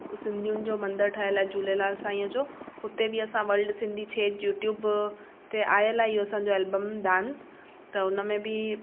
सिंधीयुनि जो मंदर ठयल आहे झूलेलाल साईंअ जो उते बि असं वर्ल्ड सिंधी छेज यूट्यूब ते आयल आहे असांजो इहो आल्बम डांस त उनमें बि